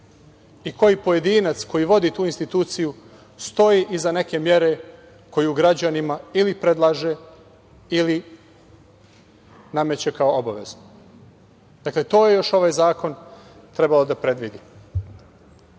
i koji pojedinac koji vodi tu instituciju stoji iza neke mere koju građanima ili predlaže ili nameće kao obaveznu. Dakle, to je još ovaj zakon trebao da predvidi. Mi